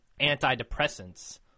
antidepressants